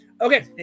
Okay